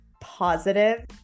positive